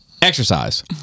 exercise